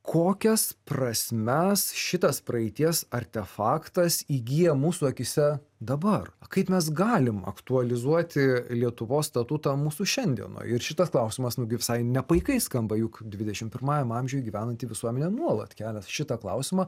kokias prasmes šitas praeities artefaktas įgyja mūsų akyse dabar kaip mes galim aktualizuoti lietuvos statutą mūsų šiandienoj ir šitas klausimas nu gi visai ne paikai skamba juk dvidešim pirmąjam amžiuj gyvenanti visuomenė nuolat kelia šitą klausimą